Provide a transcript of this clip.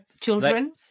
children